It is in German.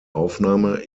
aufnahme